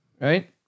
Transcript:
right